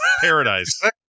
Paradise